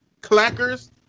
Clackers